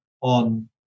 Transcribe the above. on